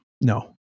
No